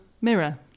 mirror